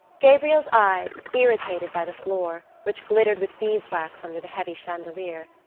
gabriel's eyes, irritated by the floor, which glittered with beeswax under the heavy chandelier,